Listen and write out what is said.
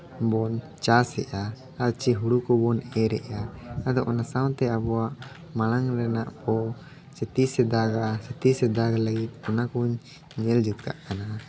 ᱵᱚᱱ ᱪᱟᱥ ᱮᱜᱼᱟ ᱟᱨ ᱪᱮ ᱦᱳᱲᱳ ᱠᱚᱵᱚᱱ ᱮᱨᱻ ᱮᱜᱼᱟ ᱟᱫᱚ ᱚᱱᱟ ᱥᱟᱶᱛᱮ ᱟᱵᱚᱣᱟᱜ ᱢᱟᱲᱟᱝ ᱨᱮᱱᱟᱜ ᱠᱚ ᱪᱮ ᱛᱤᱥ ᱮ ᱫᱟᱜᱟ ᱛᱤᱥᱮ ᱫᱟᱜ ᱞᱟᱹᱜᱤᱫ ᱚᱱᱟ ᱠᱚᱹᱧ ᱧᱮᱞ ᱡᱩᱛ ᱠᱟᱜ ᱠᱟᱱᱟ